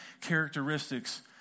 characteristics